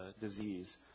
disease